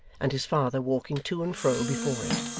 and his father walking to and fro before it.